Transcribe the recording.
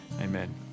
Amen